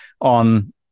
on